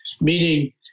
meaning